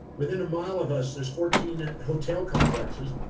within a mile of us, there's fourteen hotel complexes.